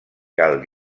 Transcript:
cal